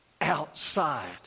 outside